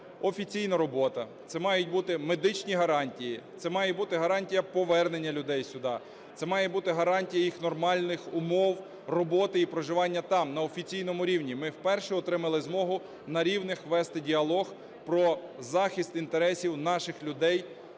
офіційна робота, це мають бути медичні гарантії, це має бути гарантія повернення людей сюди, це має бути гарантія їх нормальних умов роботи і проживання там на офіційному рівні. Ми вперше отримали змогу на рівних вести діалог про захист інтересів наших людей